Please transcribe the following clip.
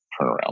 turnaround